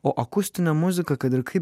o akustinė muzika kad ir kaip bebūtų